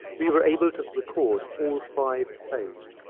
we were able to record all five plays,